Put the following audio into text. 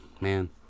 Man